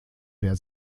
wer